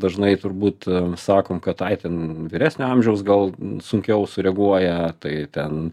dažnai turbūt sakom kad ai ten vyresnio amžiaus gal sunkiau sureaguoja tai ten